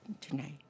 tonight